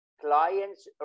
clients